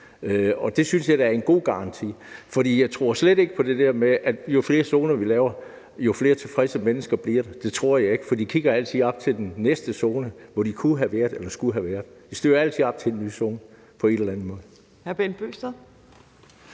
Det synes jeg da er en god garanti. Jeg tror slet ikke på det der med, at jo flere zoner vi laver, jo flere tilfredse mennesker bliver der. Det tror jeg ikke på, for de vil altid kigge hen til den nærmeste zone, hvor de kunne eller skulle have været placeret. Man vil altid støde op til en ny zone på en eller anden måde.